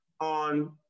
on